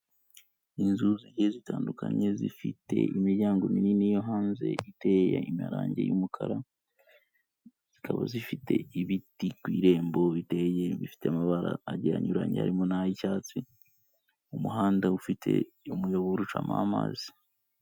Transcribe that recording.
Inzu zigiye zitandukanye zifite imiryango minini yo hanze ifite amarange y'umukara, zikaba zifite ibiti ku irembo biteye bifite amabara agiye anyuranye arimo n'ay'icyatsi, umuhanda ufite umuyoboro ucamo amazi.